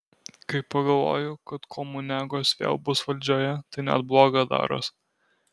kai pagalvoju kad komuniagos vėl bus valdžioje tai net bloga daros